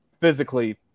physically